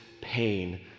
pain